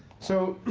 so